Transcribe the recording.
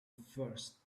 first